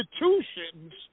institutions